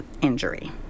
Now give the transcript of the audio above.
injury